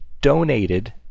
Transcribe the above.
donated